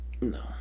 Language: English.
No